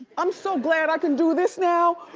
i'm so glad i can do this now.